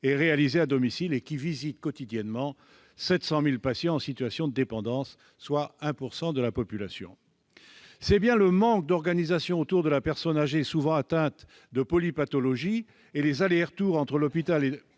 réalisée à domicile et qui visitent quotidiennement 700 000 patients en situation de dépendance, soit 1 % de la population. C'est bien le manque d'organisation autour de la personne âgée, souvent atteinte de polypathologies, et les allers-retours entre l'hôpital et